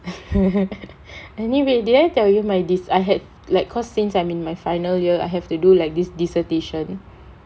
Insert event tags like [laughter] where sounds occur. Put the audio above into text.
[laughs] anyway did I tell you my this I had like because since I am in my final year I have to do like this dissertation